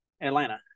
Atlanta